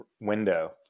window